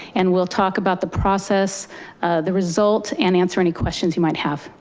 and we'll talk about the process the result and answer any questions you might have.